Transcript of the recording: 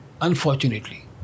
Unfortunately